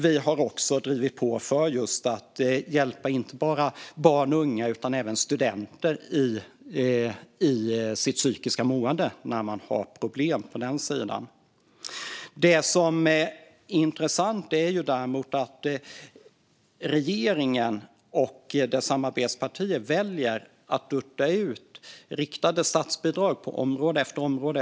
Vi har också drivit på för att hjälpa inte bara barn och unga utan även studenter i deras psykiska mående när de har problem på det området. Det som är intressant är däremot att regeringen och dess samarbetsparti väljer att dutta med riktade statsbidrag på område efter område.